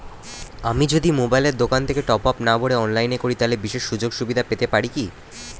আমি যদি মোবাইলের দোকান থেকে টপআপ না ভরে অনলাইনে করি তাহলে বিশেষ সুযোগসুবিধা পেতে পারি কি?